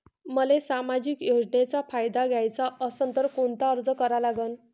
मले सामाजिक योजनेचा फायदा घ्याचा असन त कोनता अर्ज करा लागन?